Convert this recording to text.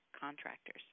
contractors